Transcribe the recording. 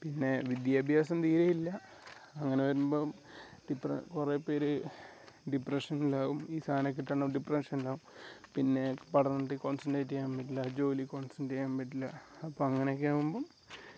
പിന്നെ വിദ്യാഭ്യാസം തീരെ ഇല്ല അങ്ങനെ വരുമ്പം കുറേ പേര് ഡിപ്രെഷനിൽ ആവും ഈ സാധനം കിട്ടണം ഡിപ്രെഷനിൽ ആവും പിന്നെ പഠനത്തിൽ കോൺസെൻട്രേറ്റ് ചെയ്യാൻ പറ്റില്ല ജോലി കോൺസെണ്ട്രേറ്റ് ചെയ്യാൻ പറ്റില്ല അപ്പം അങ്ങനെയൊക്കെ ആവുമ്പം